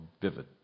vivid